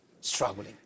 struggling